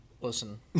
Listen